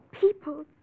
people